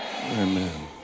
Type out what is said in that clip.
Amen